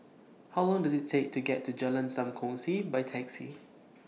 How Long Does IT Take to get to Jalan SAM Kongsi By Taxi